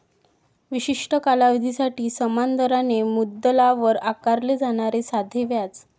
विशिष्ट कालावधीसाठी समान दराने मुद्दलावर आकारले जाणारे साधे व्याज